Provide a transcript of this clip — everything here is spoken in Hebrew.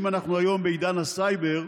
אם אנחנו היום בעידן הסייבר,